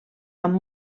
amb